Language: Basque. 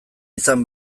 izan